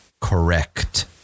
correct